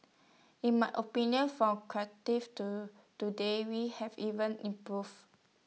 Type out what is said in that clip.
in my opinion from Cardiff to today we have even improved